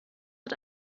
hat